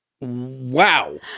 wow